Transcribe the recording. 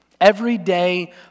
Everyday